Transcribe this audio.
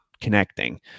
connecting